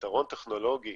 שפתרון טכנולוגי